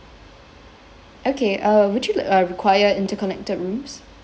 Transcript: okay uh would you uh require interconnected rooms